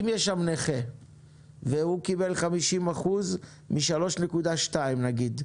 אם יש שם נכה והוא קיבל 50 אחוזים מ-3.2 שקלים,